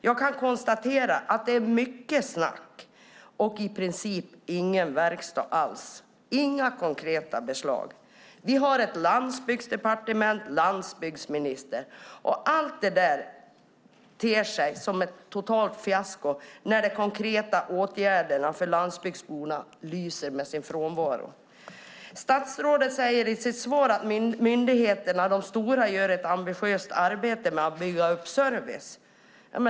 Jag kan konstatera att det är mycket snack men i princip ingen verkstad. Det finns inga konkreta förslag. Landsbygdsdepartementet och landsbygdsminister ter sig som ett totalt fiasko när de konkreta åtgärderna för landsbygdsborna lyser med sin frånvaro. Statsrådet säger i sitt svar att de stora myndigheterna gör ett ambitiöst arbete för att bygga upp service.